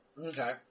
Okay